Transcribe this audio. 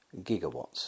gigawatts